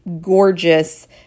gorgeous